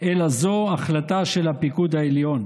אלא זו החלטה של הפיקוד העליון.